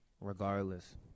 regardless